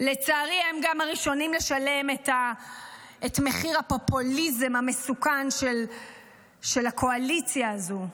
לצערי הם גם הראשונים לשלם את מחיר הפופוליזם המסוכן של הקואליציה הזו,